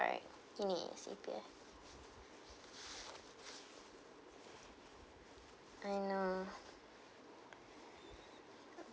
~rect you need a C_P_F and uh